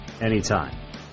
anytime